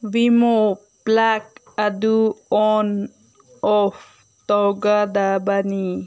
ꯋꯤꯃꯣ plug ꯑꯗꯨ on off ꯇꯧꯒꯗꯕꯅꯤ